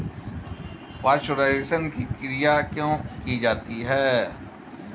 Pasteurisation की क्रिया क्यों की जाती है?